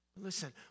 Listen